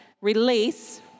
release